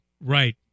Right